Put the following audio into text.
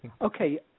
Okay